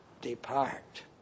Depart